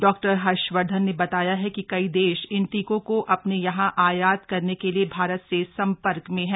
doctor Harshvardhan ने बताया कि कई देश इन टीकों को अपने यहां आयात करने के लिए भारत से संपर्क में हैं